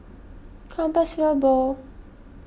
Compassvale Bow